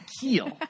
Keel